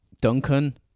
Duncan